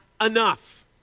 enough